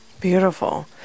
Beautiful